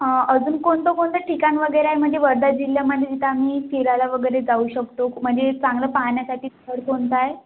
हां अजून कोणतं कोणतं ठिकाण वगैरे आहे म्हणजे वर्धा जिल्ह्यामध्ये जिथं आम्ही फिरायला वगैरे जाऊ शकतो म्हणजे चांगलं पाहण्यासाठी स्थळ कोणतं आहे